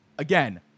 Again